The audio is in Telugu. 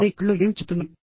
వారి కళ్ళు ఏమి చెబుతున్నాయి